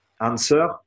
answer